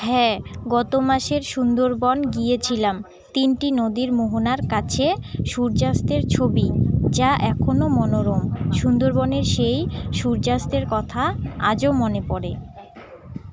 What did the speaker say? হ্যাঁ গত মাসের সুন্দরবন গিয়েছিলাম তিনটি নদীর মোহনার কাছে সূর্যাস্তের ছবি যা এখনও মনোরম সুন্দরবনের সেই সূর্যাস্তের কথা আজও মনে পড়ে